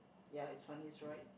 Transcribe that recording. ya it's on his right